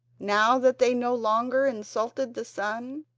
now that they no longer insulted the sun,